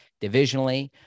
divisionally